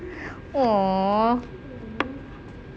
awww